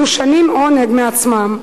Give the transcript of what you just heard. מדושנים עונג מעצמם,